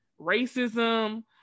racism